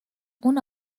اون